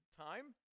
time